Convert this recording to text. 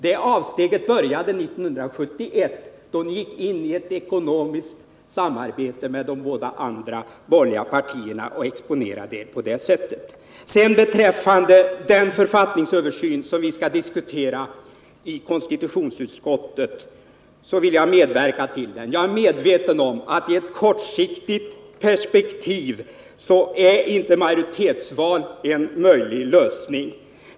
Det avsteget började 1971, då ni gick in i ett ekonomiskt samarbete med de båda andra borgerliga partierna och exponerade er på det sättet. Den författningsrevision som vi skall diskutera i konstitutionsutskottet vill jag medverka till. Jag är medveten om att i ett kortsiktigt perspektiv är inte majoritetsval en möjlig lösning.